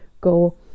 go